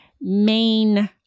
main